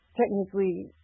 technically